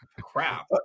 crap